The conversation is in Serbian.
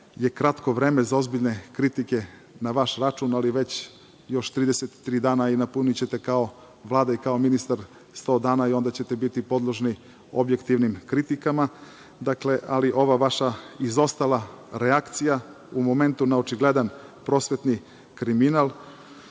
je kratko vreme za ozbiljne kritike na vaš račun, ali već još 33 dana i napunićete kao Vlada i kao ministar 100 dana i onda ćete biti podložni objektivnim kritikama, ali ova vaša izostala reakcija u momentu na očigledan prosvetni kriminal,